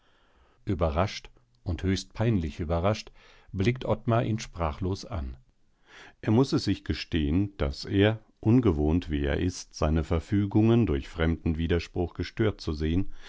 überrascht und höchst peinlich überrascht blickt ottmar ihn sprachlos an er muß es sich gestehen daß er ungewohnt wie er ist seine verfügungen durch fremden widerspruch gestört zu sehen